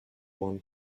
one